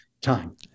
time